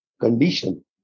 condition